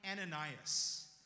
Ananias